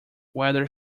whether